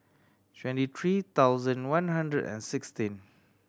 twenty three thousand one hundred and sixteen